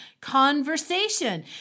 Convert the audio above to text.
conversation